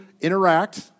interact